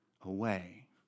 away